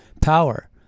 power